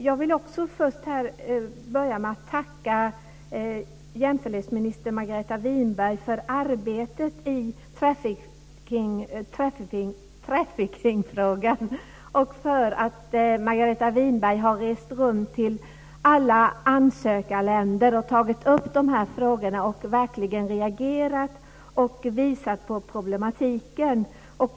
Jag vill också tacka jämställdhetsminister Margareta Winberg för arbetet i trafficking-frågan och för att hon har rest runt till alla ansökarländer, tagit upp de här frågorna och verkligen reagerat och visat på problematiken.